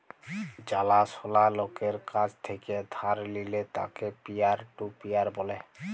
জালা সলা লকের কাছ থেক্যে ধার লিলে তাকে পিয়ার টু পিয়ার ব্যলে